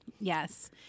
Yes